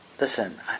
listen